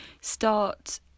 start